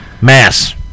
Mass